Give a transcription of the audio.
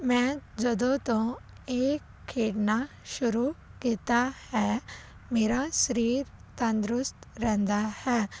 ਮੈਂ ਜਦੋਂ ਤੋਂ ਇਹ ਖੇਡਣਾ ਸ਼ੁਰੂ ਕੀਤਾ ਹੈ ਮੇਰਾ ਸਰੀਰ ਤੰਦਰੁਸਤ ਰਹਿੰਦਾ ਹੈ